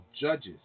Judges